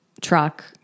truck